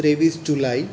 ત્રેવિસ જુલાઈ